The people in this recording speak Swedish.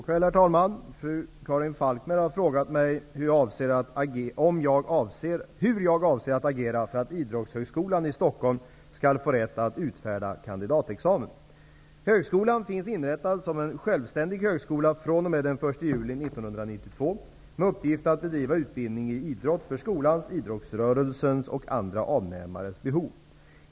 Herr talman! Karin Falkmer har frågat mig hur jag avser att agera för att Idrottshögskolan i Stockholm skall få rätt att utfärda kandidatexamen. Högskolan finns inrättad som en självständig högskola fr.o.m. den 1 juli 1992 med uppgift att bedriva utbildning i idrott för skolans, idrottsrörelsens och andra avnämares behov.